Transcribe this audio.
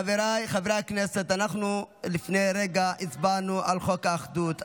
חבריי חברי הכנסת, לפני רגע הצבענו על חוק האחדות.